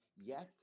yes